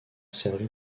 servi